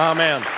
Amen